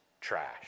trash